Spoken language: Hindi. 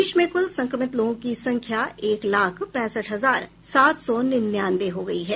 देश में कुल संक्रमित लोगों की संख्या एक लाख पैंसठ हजार सात सौ निन्यानवे हो गई है